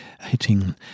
hitting